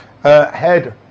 head